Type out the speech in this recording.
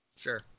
Sure